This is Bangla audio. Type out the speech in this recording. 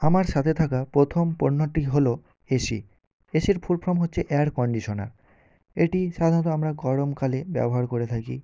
আমার সাথে থাকা প্রথম পণ্যটি হলো এ সি এসির ফুলফর্ম হচ্ছে এয়ার কন্ডিশনার এটি সাধারণত আমরা গরমকালে ব্যবহার করে থাকি